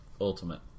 ultimate